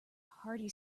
hearty